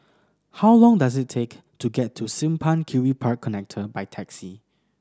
how long does it take to get to Simpang Kiri Park Connector by taxi